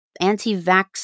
Anti-vax